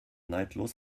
neidlos